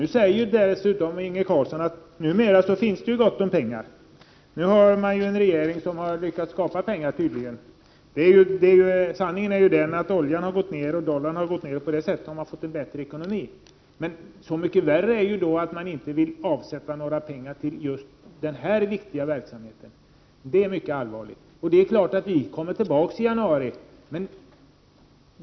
Inge Carlsson säger dessutom att det numera finns gott om pengar. Den nuvarande regeringen har tydligen lyckats ordna pengar. Sanningen är den att oljepriserna och dollarn har gått ner, och på det sättet har Sverige fått en bättre ekonomi. Det är då så mycket värre att socialdemokraterna inte vill avsätta några pengar till just denna viktiga verksamhet. Det är mycket allvarligt. Det är klart att vi kommer tillbaka i januari.